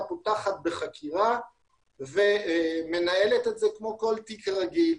פותחת בחקירה ומנהלת את זה כמו כל תיק רגיל.